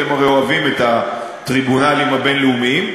אתם הרי אוהבים את הטריבונלים הבין-לאומיים,